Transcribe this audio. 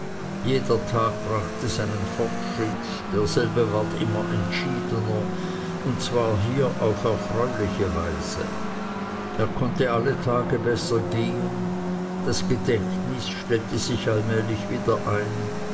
jeder tag brachte seinen fortschritt derselbe ward immer entschiedener und zwar hier auf erfreuliche weise er konnte alle tage besser gehen das gedächtnis stellte sich allmählich wieder ein